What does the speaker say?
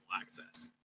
access